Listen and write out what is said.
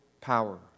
power